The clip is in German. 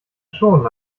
schon